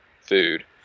food